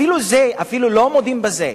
אפילו לא מודים בזה.